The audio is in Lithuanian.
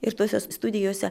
ir tose studijose